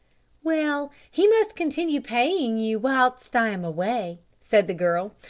well, he must continue paying you whilst i am away, said the girl.